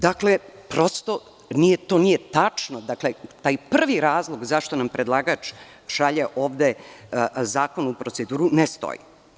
Dakle, to nije tačno, taj prvi razlog zašto nam predlagač šalje zakon u proceduru ne stoji.